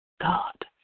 God